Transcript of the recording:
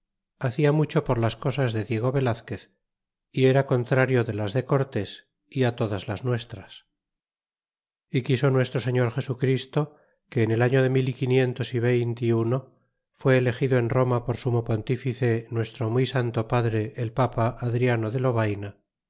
hacia mucho por las cosas de diego velazquez y era contrario de las de cortés y todas las nuestras y quiso nuestro señor jesu christo que en el año de mil y quinientos y veinte y uno fu elegido en roma por sumo pontice nuestro muy santo padre el papa adriano de lobayna